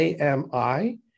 AMI